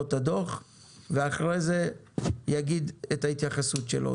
את הדוח ואחרי זה יגיד את ההתייחסות שלו,